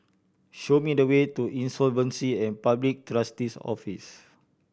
show me the way to Insolvency and Public Trustee's Office